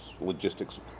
logistics